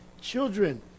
children